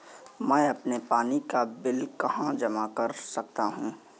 मैं अपने पानी का बिल कहाँ जमा कर सकता हूँ?